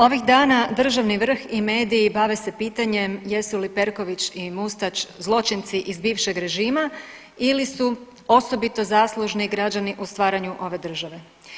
Ovih dana državni vrh i mediji bave se pitanjem jesu li Perković i Mustač zločinci iz bivšeg režima ili su osobito zaslužni građani u stvaranju ove države.